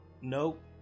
nope